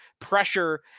pressure